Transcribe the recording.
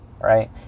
right